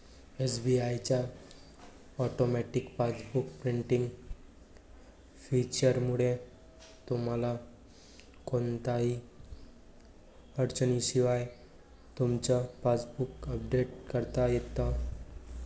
SBI च्या automatic passbook printing फीचरमुळे तुम्हाला कोणत्याही अडचणीशिवाय तुमचं पासबुक अपडेट करता येतं